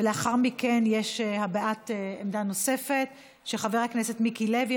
ולאחר מכן יש הבעת עמדה נוספת של חבר הכנסת מיקי לוי,